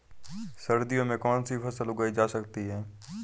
सर्दियों में कौनसी फसलें उगाई जा सकती हैं?